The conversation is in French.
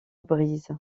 brise